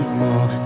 more